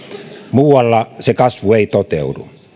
muualla se kasvu ei toteudu